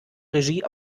regie